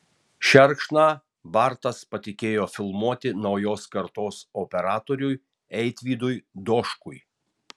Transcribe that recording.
šerkšną bartas patikėjo filmuoti naujos kartos operatoriui eitvydui doškui